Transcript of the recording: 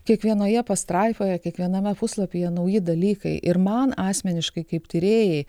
kiekvienoje pastraipoje kiekviename puslapyje nauji dalykai ir man asmeniškai kaip tyrėjai